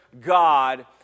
God